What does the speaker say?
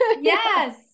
yes